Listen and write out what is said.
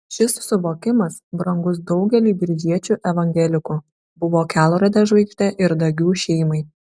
šis suvokimas brangus daugeliui biržiečių evangelikų buvo kelrode žvaigžde ir dagių šeimai